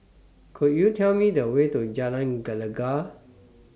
Could YOU Tell Me The Way to Jalan Gelegar